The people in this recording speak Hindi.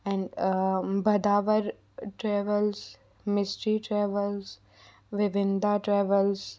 भधावर ट्रेवल्स मिस्ट्री ट्रेवल्स विविनधा ट्रेवल्स